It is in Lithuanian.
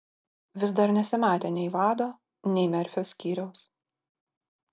vis dar nesimatė nei vado nei merfio skyriaus